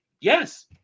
Yes